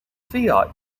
fiat